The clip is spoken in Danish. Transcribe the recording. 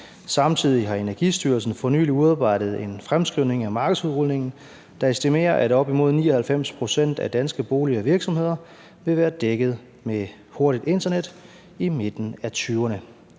Samtidig har Energistyrelsen for nylig udarbejdet en fremskrivning af markedsudrulningen, der estimerer, at op imod 99 pct. af danske boligere og virksomheder vil været dækket med hurtigt internet i midten af 2020'erne.